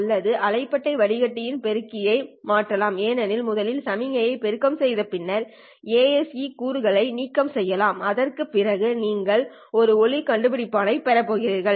அல்லது அலைபட்டை வடிகட்டியில் பெருக்கியை மாற்றலாம் ஏனெனில் முதலில் சமிக்ஞையை பெருக்கம் செய்த பின்னர் ASE கூறுகளை நீக்கம் செய்யலாம் அதற்குப் பிறகு நீங்கள் ஒரு ஒளி கண்டுபிடிப்பான்யை பெறப் போகிறீர்கள்